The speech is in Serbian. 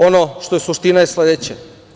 Ono što je suština je sledeća.